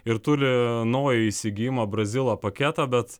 ir turi naują įsigijimo brazilo paketą bet